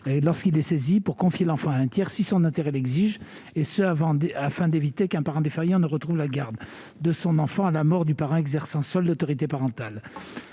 lui permettre de confier l'enfant à un tiers si son intérêt l'exige, et ce afin d'éviter qu'un parent défaillant ne retrouve la garde de son enfant à la mort du parent qui exerçait seul l'autorité parentale.